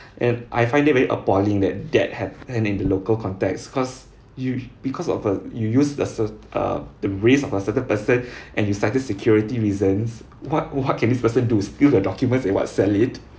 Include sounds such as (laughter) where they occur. and I find it very appalling that that happened in the local context because you because of uh you use the cer~ err the race of a certain person (breath) and you cited security reasons what (laughs) what can this person do steal the documents and what sell it